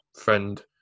friend